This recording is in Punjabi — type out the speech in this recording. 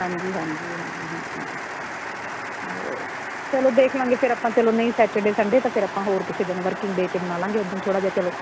ਹਾਂਜੀ ਹਾਂਜੀ ਹਾਂ ਹਾਂ ਹੋਰ ਚਲੋ ਦੇਖ ਲਾਂਗੇ ਫਿਰ ਆਪਾਂ ਚਲੋ ਨਹੀਂ ਸੈਟਰਡੇ ਸੰਡੇ ਤਾਂ ਫਿਰ ਆਪਾਂ ਹੋਰ ਕਿਸੇ ਦਿਨ ਵਰਕਿੰਗ ਡੇ ਚ ਬਣਾ ਲਾਂਗੇ ਉੱਦਣ ਥੋੜਾ ਜਿਹਾ ਚਲੋ